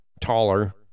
taller